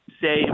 say